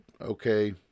Okay